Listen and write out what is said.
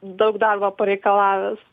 daug darbo pareikalavęs